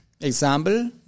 example